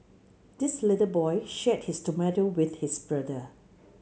this little boy shared his tomato with his brother